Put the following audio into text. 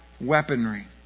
weaponry